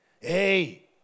hey